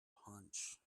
punch